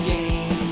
Game